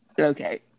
okay